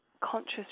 conscious